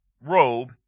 robe